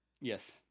Yes